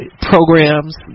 programs